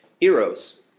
Eros